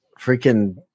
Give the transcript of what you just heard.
freaking